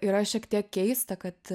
yra šiek tiek keista kad